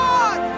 God